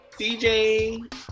CJ